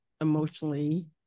emotionally